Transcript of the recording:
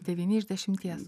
devyni iš dešimties